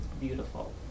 beautiful